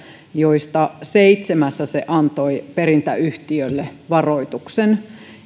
joista seitsemässä se antoi perintäyhtiölle varoituksen